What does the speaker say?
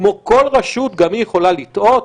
כמו כל רשות גם היא יכולה לטעות,